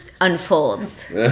unfolds